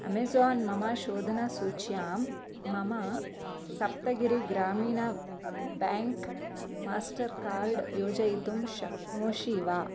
Amazon मम शोधनसूच्यां मम सप्तगिरिग्रामिण बेङ्क् मास्टर् कार्ड् योजयितुं शक्नोषि वा